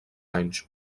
anys